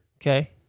Okay